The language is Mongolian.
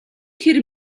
хэр